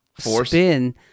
spin